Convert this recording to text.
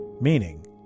meaning